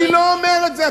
אני לא אומר את זה.